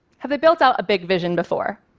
have they built out a big vision before?